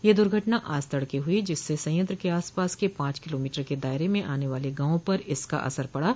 यह दुर्घटना आज तड़के हुई जिससे संयंत्र के आसपास के पांच किलोमीटर के दायरे में आने वाले गांवों पर इसका असर पड़ा